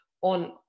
on